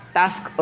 task